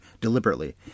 deliberately